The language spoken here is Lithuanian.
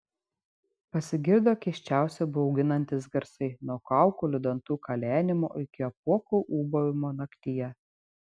pasigirdo keisčiausi bauginantys garsai nuo kaukolių dantų kalenimo iki apuokų ūbavimo naktyje